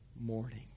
morning